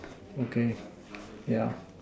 okay yeah